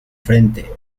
frente